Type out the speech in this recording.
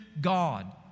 God